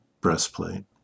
breastplate